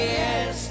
yes